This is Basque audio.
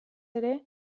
ere